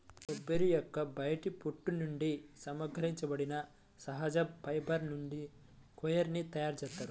కొబ్బరి యొక్క బయటి పొట్టు నుండి సంగ్రహించబడిన సహజ ఫైబర్ నుంచి కోయిర్ ని తయారు చేస్తారు